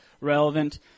relevant